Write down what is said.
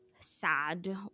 sad